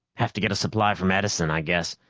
have to get a supply from edison, i guess,